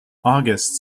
august